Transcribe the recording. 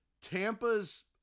Tampa's